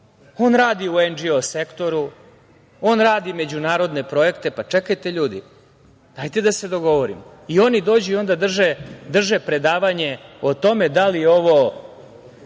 On radi u „NGO“ sektoru, on radi međunarodne projekte. Čekajte ljudi, dajte da se dogovorimo, i oni dođu i onda drže predavanje o tome da li je